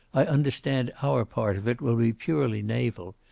i understand our part of it will be purely naval.